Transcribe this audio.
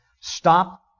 Stop